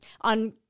on